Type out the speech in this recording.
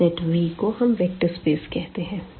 इस set V को हम वेक्टर स्पेस कहते हैं